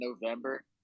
November